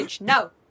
no